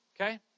Okay